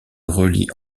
relie